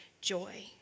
joy